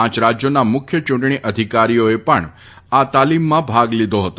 પાંચ રાજ્યોના મુખ્ય ચૂંટણી અધિકારીઓએ પણ આ તાલિમમાં ભાગ લીધો હતો